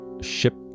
ship